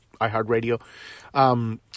iHeartRadio